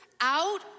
out